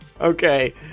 Okay